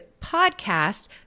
podcast